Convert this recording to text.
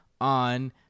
on